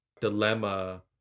dilemma